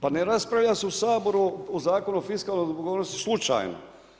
Pa ne raspravlja se u Saboru o Zakonu o fiskalnoj odgovornosti slučajno.